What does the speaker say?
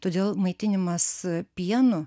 todėl maitinimas pienu